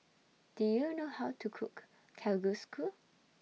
Do YOU know How to Cook Kalguksu